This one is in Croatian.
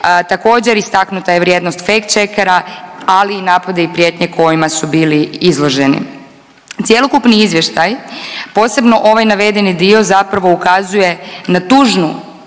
Također istaknuta je vrijednost fact checkera, ali i napade i prijetnje kojima su bili izloženi. Cjelokupni izvještaj posebno ovaj navedeni dio zapravo ukazuje na tužnu